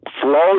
slow